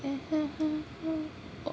mm mm